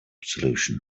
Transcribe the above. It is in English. solution